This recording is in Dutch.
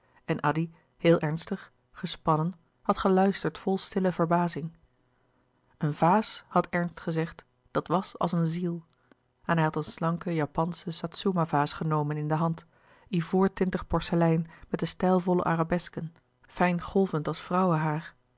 kleine zielen heel ernstig gespannen had geluisterd vol stille verbazing een vaas had ernst gezegd dat was als een ziel en hij had een slanke japansche satzuma vaas genomen in de hand ivoortintig porcelein met de stijlvolle arabesken fijn golvend als